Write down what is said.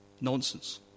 Nonsense